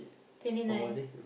twenty nine